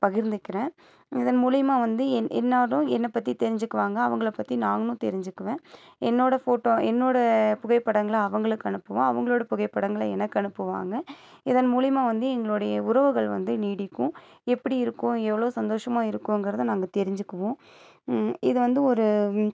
பகிர்ந்துக்கிறேன் இதன் மூலயமா வந்து எல் எல்லோரும் என்னை பற்றி தெரிஞ்சுக்குவாங்க அவங்களை பற்றி நானும் தெரிஞ்சுக்குவேன் என்னோடய ஃபோட்டோ என்னோடய புகைப்படங்களை அவர்களுக்கு அனுப்புவேன் அவங்களோடய புகைப்படங்களை எனக்கு அனுப்புவாங்க இதன் மூலயமா வந்து எங்களுடைய உறவுகள் வந்து நீடிக்கும் எப்படி இருக்கோம் எவ்வளோ சந்தோஷமாக இருக்கோங்கிறத நாங்கள் தெரிஞ்சுக்குவோம் இது வந்து ஒரு